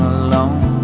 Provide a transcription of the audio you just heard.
alone